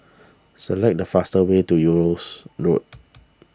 select the fastest way to Eunos Road